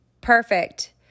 Perfect